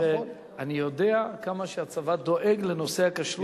אני יודע כמה הצבא דואג לנושא הכשרות.